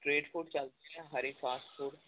ਫਰੀਦਕੋਟ ਚਲਦੇ ਆ Hari fast food